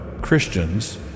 Christians